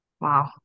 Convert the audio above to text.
Wow